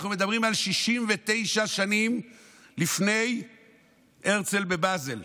אנחנו מדברים על 69 שנים לפני הרצל בבזל,